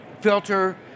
filter